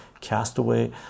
castaway